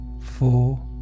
Four